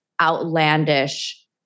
outlandish